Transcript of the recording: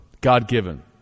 God-given